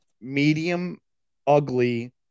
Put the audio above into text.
medium-ugly